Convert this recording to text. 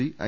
E I